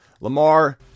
Lamar